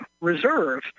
reserve